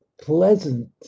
pleasant